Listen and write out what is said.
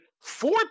four